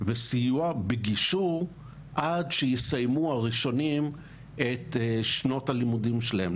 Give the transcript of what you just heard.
וסיוע בגישור עד שיסיימו הראשונים את שנות הלימודים שלהם.